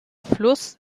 fluss